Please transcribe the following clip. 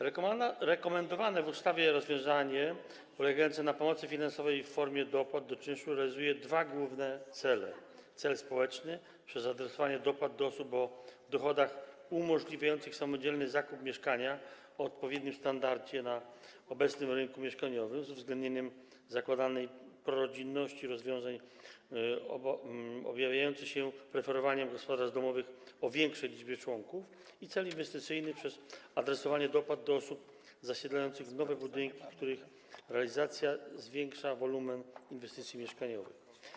Rekomendowane w ustawie rozwiązanie polegające na pomocy finansowej w formie dopłat do czynszu realizuje dwa główne cele: cel społeczny - przez adresowanie dopłat do osób o dochodach umożliwiających samodzielny zakup mieszkania o odpowiednim standardzie na obecnym rynku mieszkaniowym, z uwzględnieniem zakładanej prorodzinności rozwiązań objawiającej się preferowaniem gospodarstw domowych o większej liczbie członków; cel inwestycyjny - przez adresowanie dopłat do osób zasiedlających nowe budynki, których realizacja zwiększa wolumen inwestycji mieszkaniowych.